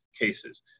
cases